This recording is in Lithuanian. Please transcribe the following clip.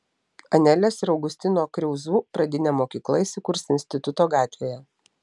anelės ir augustino kriauzų pradinė mokykla įsikurs instituto gatvėje